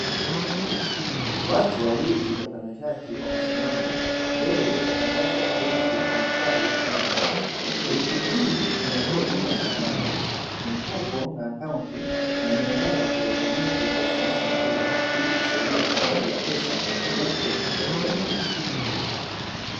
Watu wawili watanashati wamesimama mbele ya benki iitwayo "EQUIT" benki" hii inatoa huduma za amana , mikopo na akaunti na miamala ya kielektroniki kwa ufanisi mkubwa, ili kusaidia utunzaji wa pesa na mzunguko katika jamii.